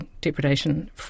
depredation